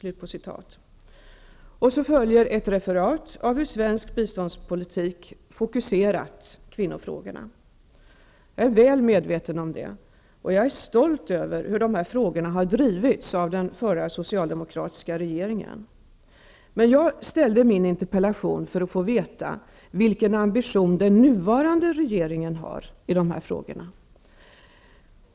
Sedan följer ett referat av hur svensk biståndspolitik fokuserat kvinnofrågor. Jag är väl medveten om detta. Jag är stolt över hur dessa frågor har drivits av den förra socialdemokratiska regeringen. Jag har ställt min interpellation för att få veta vilken ambition den nuvarande regeringen har i dessa frågor.